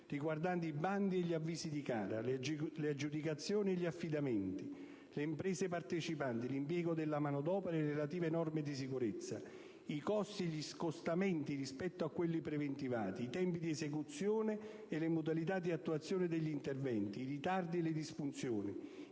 riguardanti i bandi e gli avvisi di gara, le aggiudicazioni e gli affidamenti, le imprese partecipanti, l'impiego della mano d'opera e le relative norme di sicurezza, i costi e gli scostamenti rispetto a quelli preventivati, i tempi di esecuzione e le modalità di attuazione degli interventi, i ritardi e le disfunzioni,